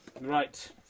Right